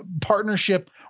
partnership